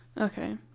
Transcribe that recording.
okay